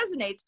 resonates